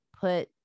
put